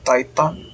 Titan